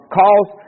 calls